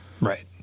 Right